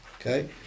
okay